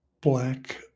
black